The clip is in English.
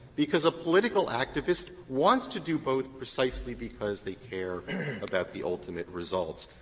because a political activist wants to do both precisely because they care about the ultimate results.